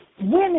women